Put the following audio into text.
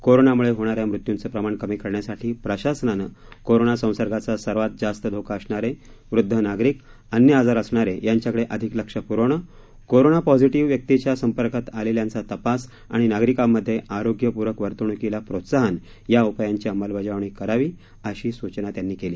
कोरोनामुळे होणाऱ्या मृत्यूचं प्रमाण कमी करण्यासाठी प्रशासनानं कोरोना संसर्गाचा सर्वात जास्त धोका असणारे वृद्ध नागरिक अन्य आजार असणारे यांच्याकडे अधिक लक्ष प्रवणं कोरोना पॉसिटीव्ह व्यक्तीच्या संपर्कात आलेल्यांचा तपास आणि नागरिकांमध्ये आरोग्य पूरक वर्तवण्कीला प्रोत्साहन या उपायांची अंमलबजावणी करावी अशी सूचना त्यांनी केली